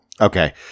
Okay